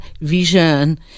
vision